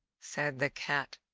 said the cat,